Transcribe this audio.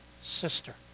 sister